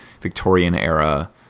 Victorian-era